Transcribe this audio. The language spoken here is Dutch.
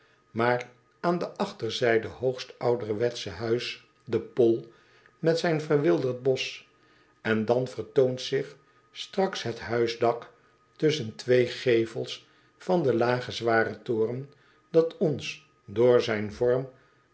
maar aan de achterzijde hoogst ouderwetsche huis d e p o l met zijn verwilderd bosch en dan vertoont zich straks het huisdak tusschen twee gevels van den lagen zwaren toren dat ons door zijn vorm